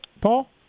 Paul